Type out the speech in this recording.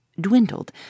dwindled